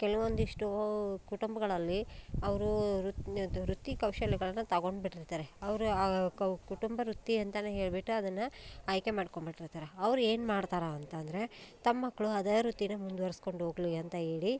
ಕೆಲವೊಂದಿಷ್ಟು ಕುಟುಂಬಗಳಲ್ಲಿ ಅವರು ರು ಇದು ವೃತ್ತಿ ಕೌಶಲ್ಯಗಳನ್ನು ತಗೊಂಡು ಬಿಟ್ಟಿರ್ತಾರೆ ಅವರು ಆ ಕುಟುಂಬ ವೃತ್ತಿ ಅಂತಲೇ ಹೇಳಿಬಿಟ್ಟು ಅದನ್ನು ಆಯ್ಕೆ ಮಾಡ್ಕೊಂಡ್ ಬಿಟ್ಟಿರ್ತಾರೆ ಅವ್ರು ಏನು ಮಾಡ್ತಾರೆ ಅಂತಂದರೆ ತಮ್ಮ ಮಕ್ಕಳು ಅದೇ ವೃತ್ತಿನೇ ಮುಂದುವರೆಸ್ಕೊಂಡು ಹೋಗ್ಲಿ ಅಂತ ಹೇಳಿ